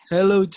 Hello